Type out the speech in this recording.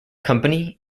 company